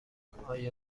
آیا